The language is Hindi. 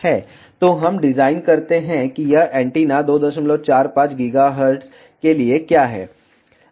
तो हम डिजाइन करते हैं कि यह एंटीना 245 GHz के लिए क्या है